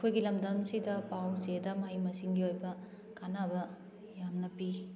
ꯑꯩꯈꯣꯏꯒꯤ ꯂꯝꯗꯝꯁꯤꯗ ꯄꯥꯎ ꯆꯦꯗ ꯃꯍꯩ ꯃꯁꯤꯡꯒꯤ ꯑꯣꯏꯕ ꯀꯥꯅꯕ ꯌꯥꯝꯅ ꯄꯤ